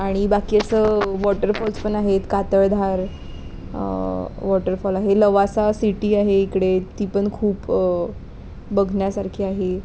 आणि बाकी असं वॉटरफॉल्स पण आहेत कातळधार वॉटरफॉल आहे लवासा सिटी आहे इकडे ती पण खूप बघण्यासारखी आहे